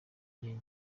gihe